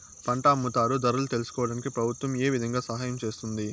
పంట అమ్ముతారు ధరలు తెలుసుకోవడానికి ప్రభుత్వం ఏ విధంగా సహాయం చేస్తుంది?